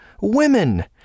women